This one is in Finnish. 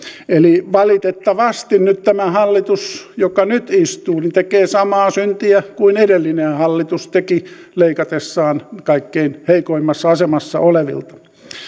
eli valitettavasti nyt tämä hallitus joka nyt istuu tekee samaa syntiä kuin edellinen hallitus teki leikatessaan kaikkein heikoimmassa asemassa olevilta